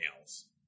else